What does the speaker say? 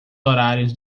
horários